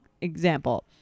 example